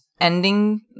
ending